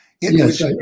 Yes